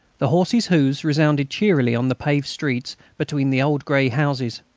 the horses' hoofs resounded cheerily on the paved streets between the old grey houses.